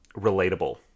relatable